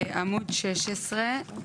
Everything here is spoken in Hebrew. עמוד 16,